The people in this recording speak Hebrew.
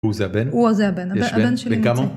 ווזה בן. וזה בן, הבן של המציא.